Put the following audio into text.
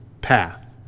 path